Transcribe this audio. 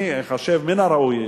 אני חושב שמן הראוי,